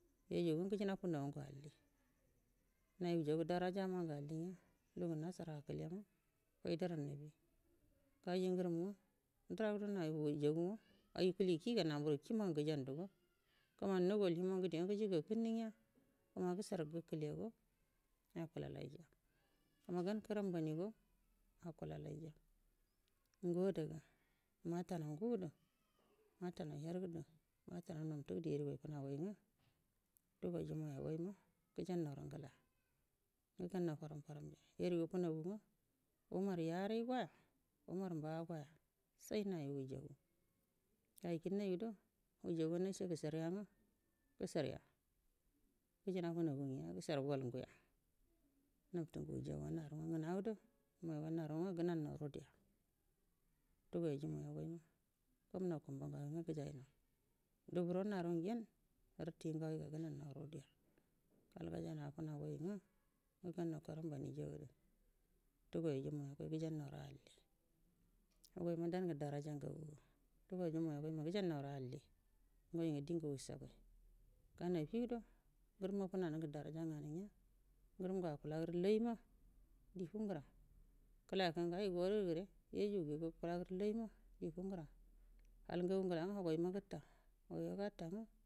Yajugu nga gujina funagu ngu alli nayi unujagu daraka mangu alli nya lugu ngu nasha akule nga faidara abi gaji gurum nga dragudo hagu wujagu nga ayi kuli kii ga hamuur kii mangu gujan dugo kumani naguwal himo ngude nga guji gakunuu nya guma gushar gakule go akulaija guma gan karambai go akulalija ngo adago matanau ngudu nata nau hedu matanau nabtu du yerigai fuya gai gudu digaiju mayagaima gujanairu agla ngu gamau famufaramdiya yarigu funagu nga umar ya’a rai goya umar mba goya sai nagu wajagu goi kunagudo wujagu nasho gusharya nga gujarya gujinafunagu nga gusar gol nguwa nabtu ngu wajaguwa hawu nga ngunado naru nga gunaunau ruduya dugaji moiyagaima kumnau kulubu ngagai aga guja nau luguro naru ngenə artigi nga goig gunannau raduya gal gajainauwa fuagoi ugo ug gannau karanbanijadu dugaija unaiyagai guyo nnau ru alli lugaima dangu daraka ngaga daga jiha noigaima gajaunauru alli ngoi ngu dingu wushagai gan afido guruwma funanu nga daraja nganu nga gurum nga akula guma kima di fundara kəla yaku ngu gaga gadugure yajuguyaga gulaguru laima di fungura hal ngagu ngala nga hufai ma gura lugrinma gata nga.